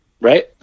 Right